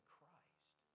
Christ